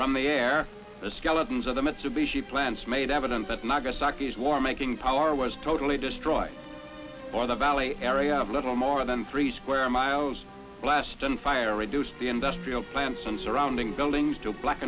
from the air the skeletons of the mitsubishi plants made evident that nagasaki as war making power was totally destroyed or the valley area of little more than three square miles blast and fire reduced the industrial plants and surrounding buildings to black